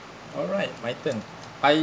alright my turn I